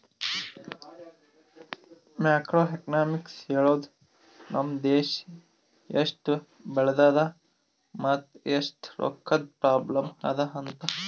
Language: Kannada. ಮ್ಯಾಕ್ರೋ ಎಕನಾಮಿಕ್ಸ್ ಹೇಳ್ತುದ್ ನಮ್ ದೇಶಾ ಎಸ್ಟ್ ಬೆಳದದ ಮತ್ ಎಸ್ಟ್ ರೊಕ್ಕಾದು ಪ್ರಾಬ್ಲಂ ಅದಾ ಅಂತ್